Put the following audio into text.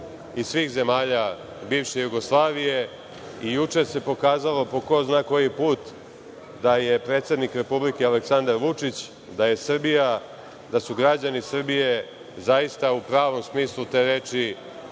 iz svih zemalja bivše Jugoslavije, i juče se pokazalo, po ko zna koji put, da je predsednik Republike Aleksandar Vučić da je Srbija, da su građani Srbije zaista u pravom smislu te reči